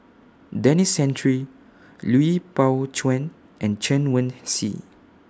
Denis Santry Lui Pao Chuen and Chen Wen Hsi